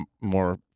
more